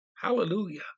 hallelujah